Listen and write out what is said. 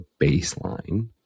baseline